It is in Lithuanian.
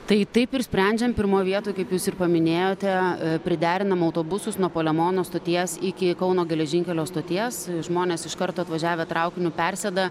tai taip ir sprendžiam pirmoj vietoj kaip jūs ir paminėjote priderinam autobusus nuo palemono stoties iki kauno geležinkelio stoties žmonės iš karto atvažiavę traukiniu persėda